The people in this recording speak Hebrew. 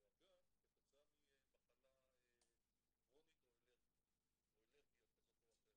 --- כתוצאה ממחלה כרונית או אלרגיה כזאת או אחרת.